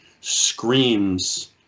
screams